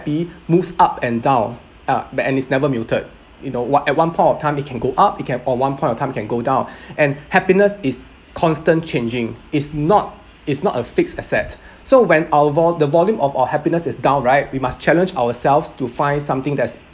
~py moves up and down uh but and it's never muted you know what at one point of time it can go up it can on one point of time it can go down and happiness is constant changing it's not it's not a fixed asset so when our vol~ the volume of our happiness is down right we must challenge ourselves to find something that's